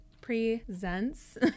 presents